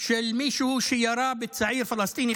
של מישהו שירה בצעיר פלסטיני,